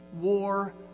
war